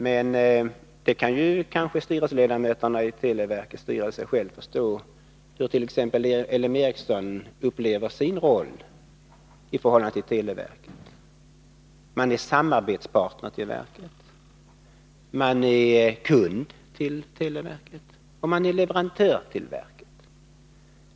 Men styrelseledamöterna i televerkets styrelse kan kanske själva förstå hur t.ex. LM Ericsson upplever sin roll i förhållande till televerket: Man är samarbetspartner till televerket, man är kund till televerket och man är leverantör till televerket.